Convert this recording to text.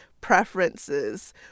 preferences